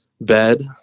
bed